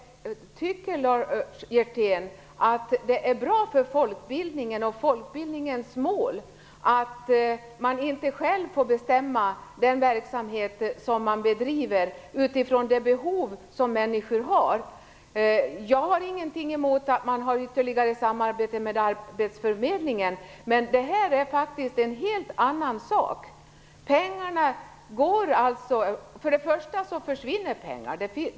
Tycker Lars Hjertén att det är bra för folkbildningen och dess mål att man inte själv får bestämma över sin verksamhet utifrån det behov som människor har? Jag har ingenting emot ytterligare samarbete med arbetsförmedlingen, men det här är faktiskt en helt annan sak. Först och främst försvinner pengar.